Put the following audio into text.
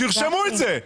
שירשמו את זה.